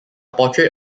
portrait